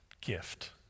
gift